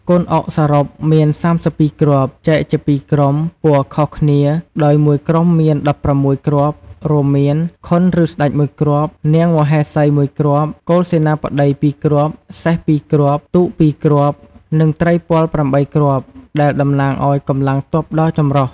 កូនអុកសរុបមាន ៣២ គ្រាប់ ចែកជាពីរក្រុម ពណ៌ខុសគ្នា ដោយមួយក្រុមមាន ១៦ គ្រាប់ រួមមាន ខុនឬស្តេច១គ្រាប់ នាងមហេសី១គ្រាប់ គោលសេនាបតី២គ្រាប់ សេះ២គ្រាប់ ទូក២គ្រាប់ និងត្រីពល៨គ្រាប់ ដែលតំណាងឱ្យកម្លាំងទ័ពដ៏ចម្រុះ។